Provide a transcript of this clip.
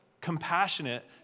compassionate